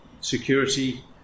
security